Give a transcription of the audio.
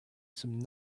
some